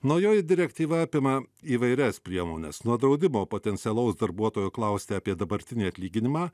naujoji direktyva apima įvairias priemones nuo draudimo potencialaus darbuotojo klausti apie dabartinį atlyginimą